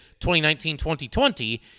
2019-2020